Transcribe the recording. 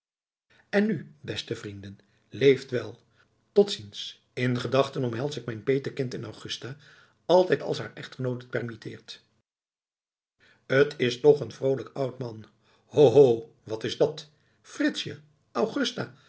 en nu beste vrienden leeft wel tot ziens in gedachten omhels ik mijn petekind en augusta altijd als haar echtgenoot het permitteert t is toch een vroolijk oud man ho ho wat is dat fritsje